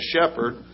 shepherd